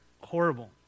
horrible